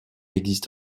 existe